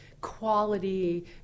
quality